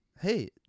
hey